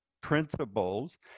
principles